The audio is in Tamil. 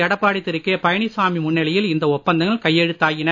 எடப்பாடி பழனிசாமி முன்னிலையில் இந்த ஒப்பந்தங்கள் கையெழுத்தாயின